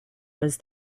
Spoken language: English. was